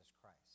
Christ